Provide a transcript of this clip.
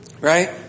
right